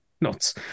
nuts